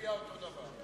ותצביע אותו הדבר.